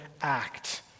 ACT